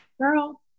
Girl